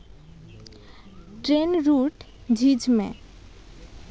train route ᱡᱷᱤᱡᱽ ᱢᱮ